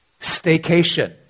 Staycation